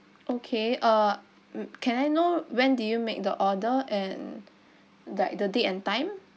okay uh can I know when did you make the order and like the date and time